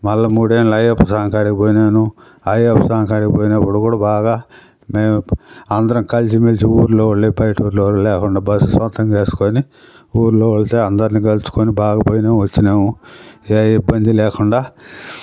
మళ్ళీ మూడేళ్ళు అయ్యప్ప స్వామి కాడికి పోయినాను అయ్యప్ప స్వామి కాడికి పోయినప్పుడు కూడా బాగా మేము అందరం కలిసి మెలిసి ఊరిలో వాళ్ళే బయట ఊరిలో వాళ్ళు లేకుండా బస్సు సొంతంగా వేసుకుని ఊరిలో వాళ్ళతో అందరిని కలుసుకుని బాగా పోయినాము వచ్చినాము ఏ ఇబ్బంది లేకుండా